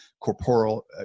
corporal